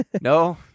no